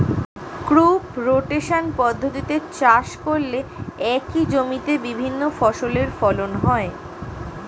crop rotation পদ্ধতিতে চাষ করলে একই জমিতে বিভিন্ন ফসলের ফলন হয়